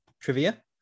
trivia